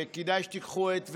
וכדאי שתיקחו עט ונייר.